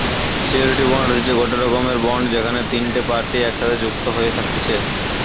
surety bond হতিছে গটে রকমের বন্ড যেখানে তিনটে পার্টি একসাথে যুক্ত হয়ে থাকতিছে